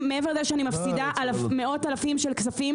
מעבר לזה שאני מפסידה מאות אלפים של כספים